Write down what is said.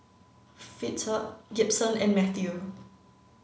Fitzhugh Gibson and Matthew